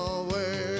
away